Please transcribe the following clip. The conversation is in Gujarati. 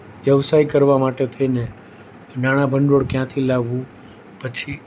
વ્યવસાય કરવા માટે થઈને નાણાં ભંડોળ ક્યાંથી લાવવું પછી